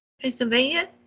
Pennsylvania